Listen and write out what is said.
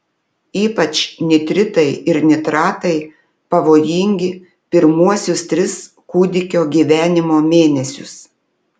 ypač nitritai ir nitratai pavojingi pirmuosius tris kūdikio gyvenimo mėnesius